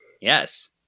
Yes